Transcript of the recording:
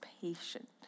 patient